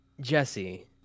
Jesse